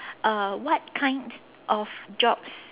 uh what kind of jobs